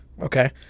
Okay